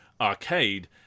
arcade